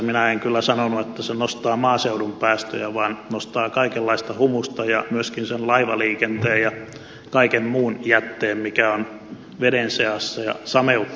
minä en kyllä sanonut että se nostaa maaseudun päästöjä vaan se nostaa kaikenlaista humusta ja myöskin sen laivaliikenteen ja kaiken muun jätteen mikä on veden seassa ja sameuttaa vettä